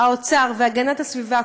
האוצר והגנת הסביבה,